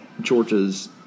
Georgia's